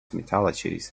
mythologies